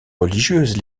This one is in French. religieuses